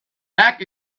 back